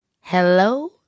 Hello